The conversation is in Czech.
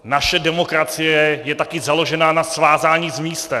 Naše demokracie je také založena na svázání s místem.